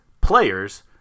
players